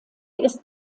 ist